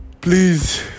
please